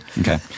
okay